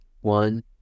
One